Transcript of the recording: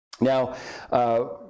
now